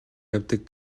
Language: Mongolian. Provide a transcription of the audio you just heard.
явдаг